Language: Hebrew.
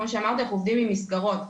כמו שאמרתי אנחנו עובדים עם מסגרות,